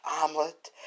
omelet